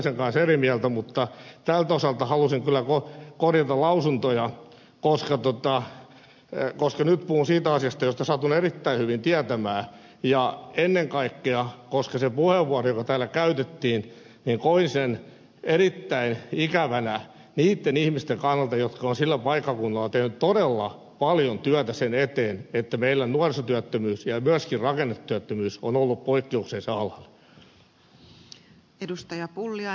pulliaisen kanssa eri mieltä mutta tältä osalta halusin kyllä korjata lausuntoja koska nyt puhun siitä asiasta josta satun erittäin hyvin tietämään ja ennen kaikkea koska koin sen puheenvuoron joka täällä käytettiin erittäin ikävänä niitten ihmisten kannalta jotka ovat sillä paikkakunnalla tehneet todella paljon työtä sen eteen että meillä nuorisotyöttömyys ja myöskin rakennetyöttömyys ovat olleet poikkeuksellisen alhaalla